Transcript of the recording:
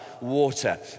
water